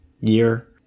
year